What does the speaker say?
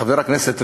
חבר הכנסת ריבלין,